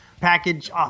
package